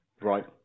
right